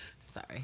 Sorry